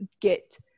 get